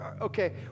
okay